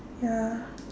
ya